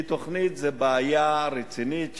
כי תוכנית זו בעיה רצינית.